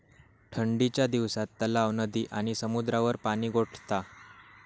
ठंडीच्या दिवसात तलाव, नदी आणि समुद्रावर पाणि गोठता